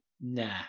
nah